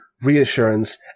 reassurance